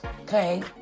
okay